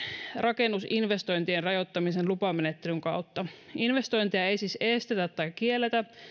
rakennusinvestointien rajoittamisen lupamenettelyn kautta investointeja ei siis estetä tai kielletä